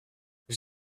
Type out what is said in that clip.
vous